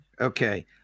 Okay